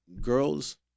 girls